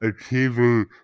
achieving